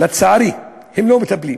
לצערי לא מטפלים.